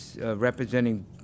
representing